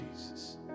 Jesus